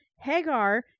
Hagar